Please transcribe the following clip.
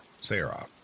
Sarah